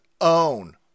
own